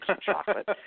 chocolate